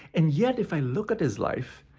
and yet, if i look at his life,